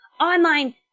online